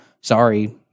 sorry